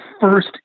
first